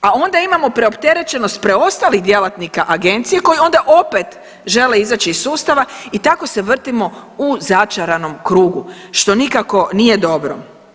A onda imamo preopterećenost preostalih djelatnika agencije koji onda opet žele izaći iz sustava i tako se vrtimo u začaranom krugu što nikako nije dobro.